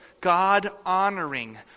God-honoring